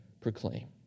proclaim